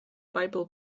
bible